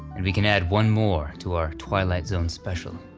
and we can add one more to our twilight zone special.